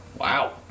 Wow